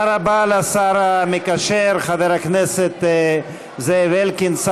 תודה רבה לשר המקשר חבר הכנסת זאב אלקין,